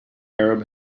arab